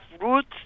roots